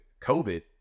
COVID